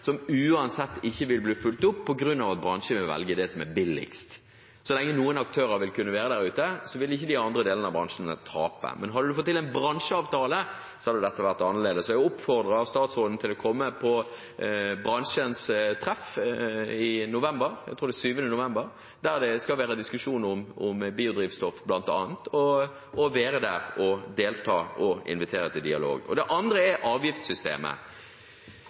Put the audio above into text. som uansett ikke vil bli fulgt opp, på grunn av at bransjen vil velge det som er billigst. Så lenge noen aktører vil kunne være der ute, vil ikke de andre delene av bransjen tape. Men hadde man fått til en bransjeavtale, hadde dette vært annerledes. Jeg oppfordrer statsråden til å komme på bransjens treff i november – jeg tror det er 7. november – der det skal være diskusjon om biodrivstoff, bl.a., være der, delta og invitere til dialog. Det andre er avgiftssystemet.